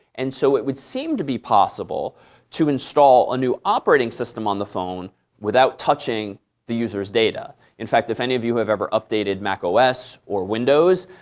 and so it would seem to be possible to install a new operating system on the phone without touching the user's data. in fact, if any of you have ever updated mac ah os or windows,